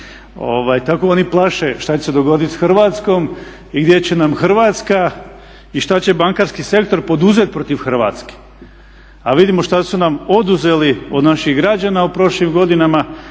Tako oni plaše šta će se dogoditi sa Hrvatskom i gdje će nam Hrvatska i šta će bankarski sektor poduzeti protiv Hrvatske. A vidimo šta su nam oduzeli od naših građana u prošlim godinama.